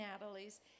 Natalie's